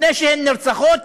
לפני שהן נרצחות,